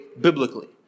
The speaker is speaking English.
biblically